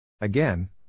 Again